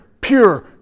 pure